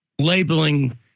labeling